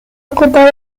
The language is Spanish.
ocupado